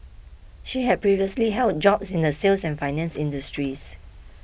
she had previously held jobs in the sales and finance industries